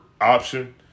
option